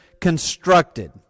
constructed